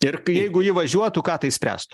ir jeigu ji važiuotų ką tai spręstų